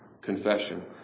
confession